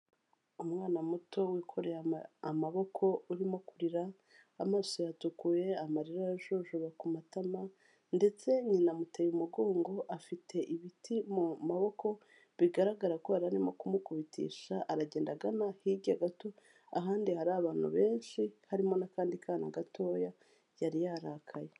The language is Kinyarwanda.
Umwana muto wikoreye amaboko, urimo kurira, amaso yatukuye, amarira arajojoba ku matama, ndetse nyina amuteye umugongo, afite ibiti mu maboko, bigaragara ko yari arimo kumukubitisha, aragenda agana hirya gato, ahandi hari abantu benshi, harimo n'akandi kana gatoya, yari yarakaye.